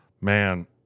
man